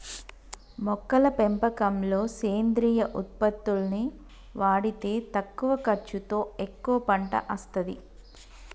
మొక్కల పెంపకంలో సేంద్రియ ఉత్పత్తుల్ని వాడితే తక్కువ ఖర్చుతో ఎక్కువ పంట అస్తది